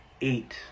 Eight